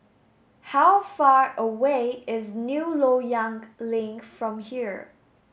how far away is New Loyang Link from here